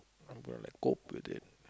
how do I like cope with it